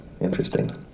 interesting